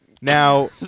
Now